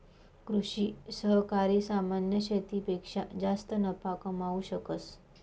कृषि सहकारी सामान्य शेतीपेक्षा जास्त नफा कमावू शकस